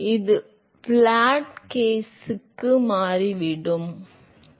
எனவே இது flat plate கேஸுக்கு மாறிவிடும் இது ஒன்றே